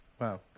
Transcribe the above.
Wow